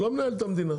לא מנהל את המדינה.